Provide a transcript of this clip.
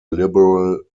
liberal